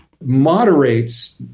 moderates